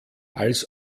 als